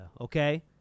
okay